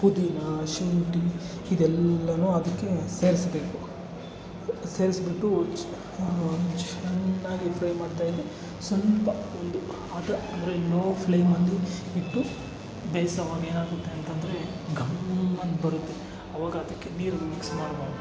ಪುದಿನಾ ಶುಂಠಿ ಇದೆಲ್ಲನೂ ಅದಕ್ಕೆ ಸೇರಿಸಬೇಕು ಸೇರಿಸಿಬಿಟ್ಟು ಚೆನ್ನಾಗಿ ಫ್ರೈ ಮಾಡ್ತಾಯಿದ್ರೆ ಸ್ವಲ್ಪ ಒಂದು ಅದರ ಅಂದರೆ ಲೊ ಫ್ಲೇಮಲ್ಲಿ ಇಟ್ಟು ಬೇಯಿಸೋವಾಗ ಏನಾಗುತ್ತೆ ಅಂತ ಅಂದರೆ ಘಮ್ ಅಂತ ಬರುತ್ತೆ ಅವಾಗ ಅದಕ್ಕೆ ನೀರನ್ನು ಮಿಕ್ಸ್ ಮಾಡಬಾರದು